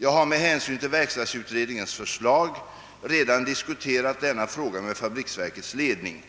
Jag har med hänsyn till verkstadsutredningens förslag redan diskuterat denna fråga med fabriksverkets ledning.